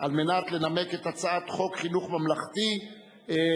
לנמק את הצעת חוק חינוך ממלכתי (תיקון,